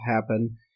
happen